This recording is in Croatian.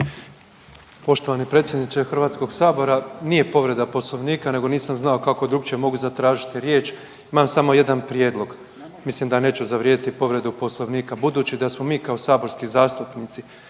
Poštovani predsjedniče HS-a, nije povreda Poslovnika, nego nisam znao kako drukčije mogu zatražiti riječ, imamo samo jedan prijedlog. Mislim da neću zavrijediti povredu Poslovnika, budući da smo mi kao saborski zastupnici